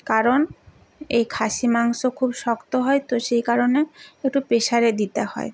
কারণ এই খাসি মাংস খুব শক্ত হয় তো সেই কারণে একটু প্রেসারে দিতে হয়